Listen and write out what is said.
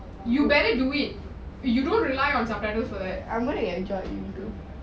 you better do it you don't rely on soprano for that